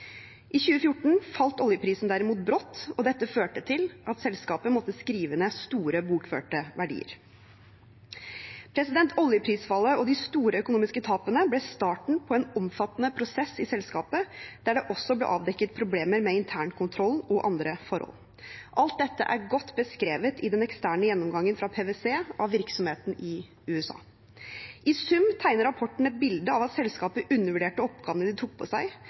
I 2014 falt oljeprisen derimot brått, og dette førte til at selskapet måtte skrive ned store bokførte verdier. Oljeprisfallet og de store økonomiske tapene ble starten på en omfattende prosess i selskapet, der det også ble avdekket problemer med internkontroll og andre forhold. Alt dette er godt beskrevet i den eksterne gjennomgangen fra PwC av virksomheten i USA. I sum tegner rapporten et bilde av at selskapet undervurderte oppgavene de tok på seg.